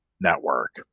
network